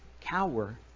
cower